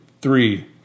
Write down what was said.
three